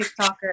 TikToker